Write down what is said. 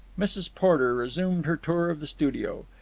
mrs. porter resumed her tour of the studio.